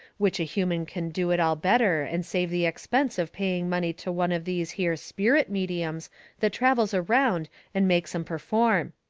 which a human can do it all better and save the expense of paying money to one of these here sperrit mediums that travels around and makes em perform.